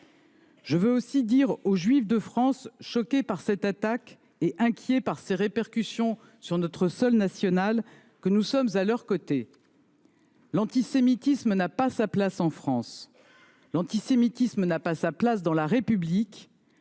Je veux aussi dire aux juifs de France choqués par cette attaque et inquiets de ses répercussions sur notre sol national que nous sommes à leurs côtés. L’antisémitisme n’a pas sa place en France. L’antisémitisme n’a pas sa place dans la République.